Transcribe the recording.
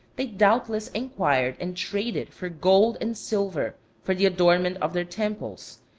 they doubtless inquired and traded for gold and silver for the adornment of their temples,